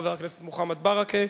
חבר הכנסת מוחמד ברכה,